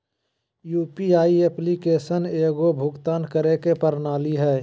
UPI application एगो भुक्तान करे के प्रणाली हइ